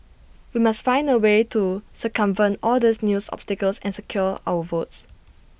we must find A way to circumvent all these news obstacles and secure our votes